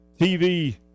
TV